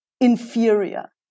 inferior